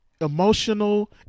Emotional